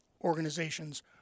organizations